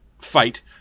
fight